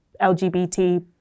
LGBT